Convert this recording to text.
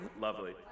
Lovely